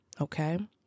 Okay